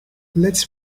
let’s